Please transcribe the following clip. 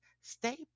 Stay